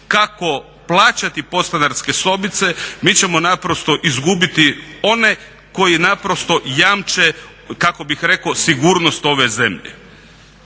kako plaćati podstanarske sobice mi ćemo naprosto izgubiti one koji naprosto jamče kako bih rekao sigurnost ove zemlje.